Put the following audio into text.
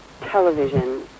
television